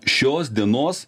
šios dienos